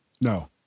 no